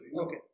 Okay